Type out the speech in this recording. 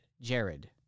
Jared